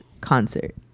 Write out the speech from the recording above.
concert